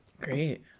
Great